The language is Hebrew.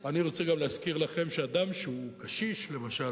אני רוצה גם להזכיר לכם שאדם שהוא קשיש למשל,